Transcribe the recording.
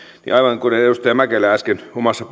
niin aivan kuten edustaja mäkelä äsken omassa